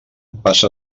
passa